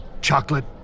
chocolate